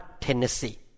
Tennessee